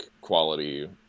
quality